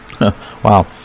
Wow